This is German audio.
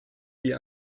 wie